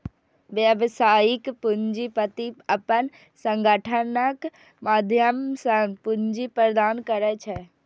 व्यावसायिक पूंजीपति अपन संगठनक माध्यम सं पूंजी प्रदान करै छै